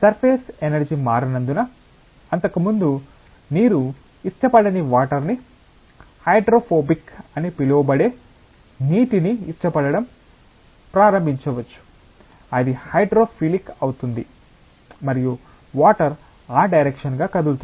surface energy మారినందున అంతకుముందు నీరు ఇష్టపడని వాటర్ ని హైడ్రోఫోబిక్ అని పిలవబడే నీటిని ఇష్టపడటం ప్రారంభించవచ్చు అది హైడ్రోఫిలిక్ అవుతుంది మరియు వాటర్ ఆ డైరెక్షన్ గా కదులుతుంది